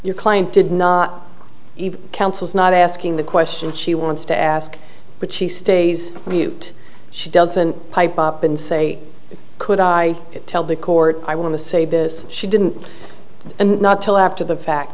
your client did not counsel's not asking the questions she wants to ask but she stays with you she doesn't pipe up and say could i tell the court i want to say this she didn't and not till after the fact